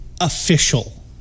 official